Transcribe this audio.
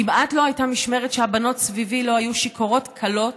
כמעט לא הייתה משמרת שהבנות סביבי לא היו שיכורות כלוט,